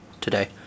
today